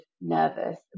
nervous